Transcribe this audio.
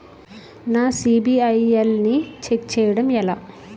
నా సిబిఐఎల్ ని ఛెక్ చేయడం ఎలా?